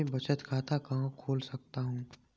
मैं बचत खाता कहाँ खोल सकता हूँ?